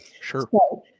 Sure